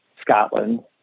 Scotland